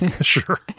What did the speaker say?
Sure